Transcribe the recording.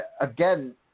again